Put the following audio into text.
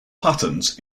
patterns